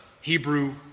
Hebrew